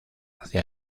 hacia